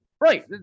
Right